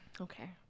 Okay